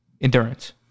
Endurance